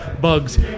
bugs